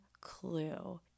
clue